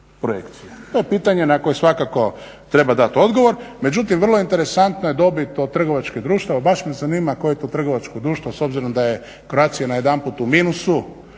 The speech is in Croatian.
To je pitanje na koje svakako treba dati odgovor. Međutim, vrlo je interesantna dobit od trgovačkih društava. Baš me zanima koje je to trgovačko društvo s obzirom da je Croatia najedanput u minusu